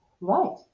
Right